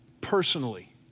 personally